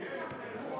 יהיה פעם